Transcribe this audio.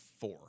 four